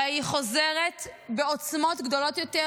אבל היא חוזרת בעוצמות גדולות יותר,